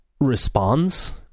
responds